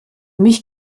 mich